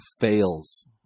fails